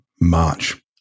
March